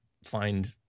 Find